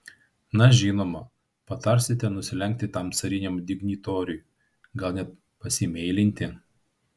na žinoma patarsite nusilenkti tam cariniam dignitoriui gal net pasimeilinti